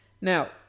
Now